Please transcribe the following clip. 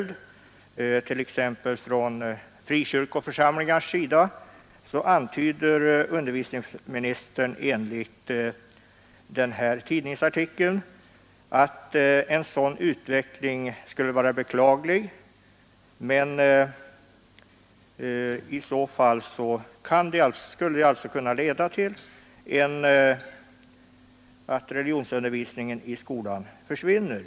Om t.ex. frikyrkoförsamlingarna i större utsträckning skulle följa exemplet antyder utbildningsministern enligt tidningsartikeln att det skulle kunna leda till att religionsundervisningen i skolan försvinner.